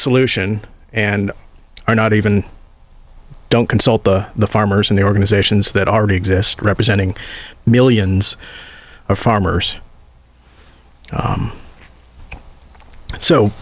solution and are not even don't consult the farmers and the organizations that already exist representing millions of farmers